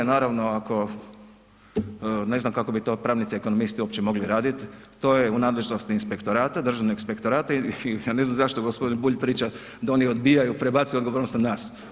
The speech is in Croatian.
Naravno, ako, ne znam kako bi to pravnici i ekonomisti uopće mogli raditi, to je u nadležnosti inspektorata, Državnog inspektorata i ja ne znam zašto gospodin Bulj odbijaju, prebacuje odgovornost na nas.